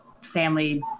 family